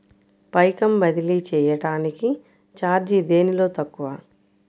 పైకం బదిలీ చెయ్యటానికి చార్జీ దేనిలో తక్కువ?